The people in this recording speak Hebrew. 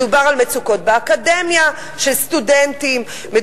מדובר על מצוקות של סטודנטים באקדמיה,